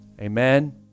amen